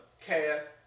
cast